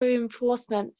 reinforcement